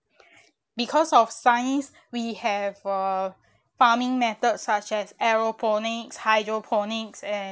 because of science we have uh farming methods such as aeroponics hydroponics and